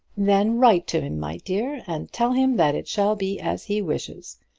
then write to him, my dear, and tell him that it shall be as he wishes